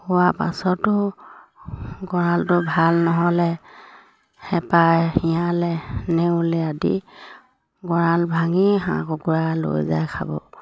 হোৱা পাছতো গঁৰালটো ভাল নহ'লে হেপাই শিয়ালে নেউলে আদি গঁৰাল ভাঙি হাঁহ কুকুৰা লৈ যায় খাব